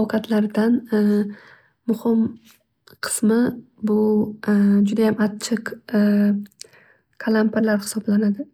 ovqatlaridan muhim qismi bu judayam acchiq qalampirlar hisoblanadi.